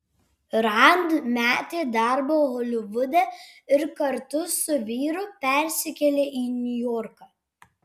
rand metė darbą holivude ir kartu su vyru persikėlė į niujorką